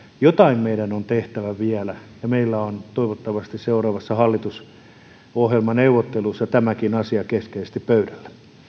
jotain meidän on tehtävä vielä ja meillä on toivottavasti seuraavissa hallitusohjelmaneuvotteluissa tämäkin asia keskeisesti pöydällä